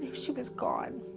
she was gone.